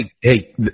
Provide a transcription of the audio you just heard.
hey